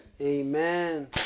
Amen